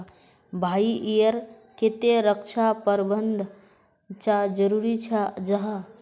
भाई ईर केते रक्षा प्रबंधन चाँ जरूरी जाहा?